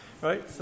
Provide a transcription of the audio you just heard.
right